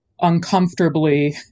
uncomfortably